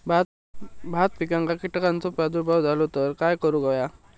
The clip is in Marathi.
भात पिकांक कीटकांचो प्रादुर्भाव झालो तर काय करूक होया?